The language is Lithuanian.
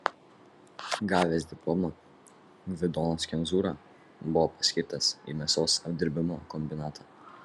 gavęs diplomą gvidonas kemzūra buvo paskirtas į mėsos apdirbimo kombinatą